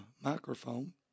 microphone